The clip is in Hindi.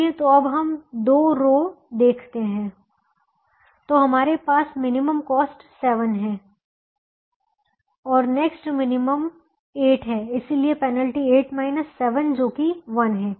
चलिए तो अब हम 2 रो देखते हैं तो हमारे पास मिनिमम कॉस्ट 7 है नेक्स्ट मिनिमम 8 है इसलिए पेनल्टी 8 7 जो कि 1 है